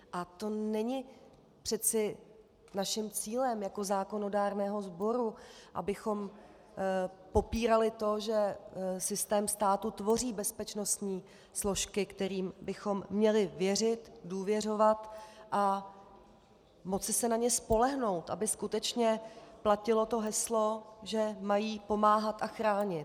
A to není přeci naším cílem jako zákonodárného sboru, abychom popírali to, že systém státu tvoří bezpečnostní složky, kterým bychom měli věřit, důvěřovat a moci se na ně spolehnout, aby skutečně platilo heslo, že mají pomáhat a chránit.